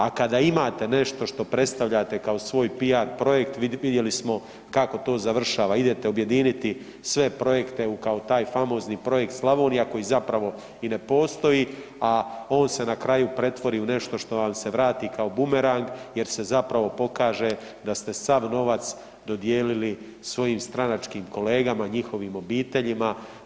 A kada imate nešto što predstavljate kao svoj PR projekt vidjeli smo kako to završava, idete objediniti sve projekte kao taj famozni projekt Slavonija koji zapravo i ne postoji, a on se na kraju pretvori u nešto što vam se vrati kao bumerang je se pokaže da ste sav novac dodijelili svojim stranačkim kolegama, njihovim obiteljima.